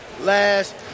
last